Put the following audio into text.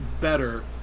better